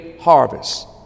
Harvest